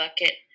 bucket